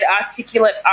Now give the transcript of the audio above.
articulate